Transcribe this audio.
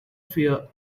fear